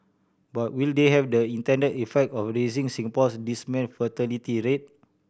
but will they have the intended effect of raising Singapore's dismal fertility rate